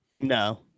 No